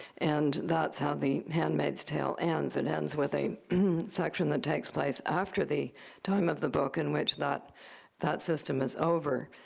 and that's how the handmaid's tale ends. it ends with a section that takes place after the time of the book in which that that system is over.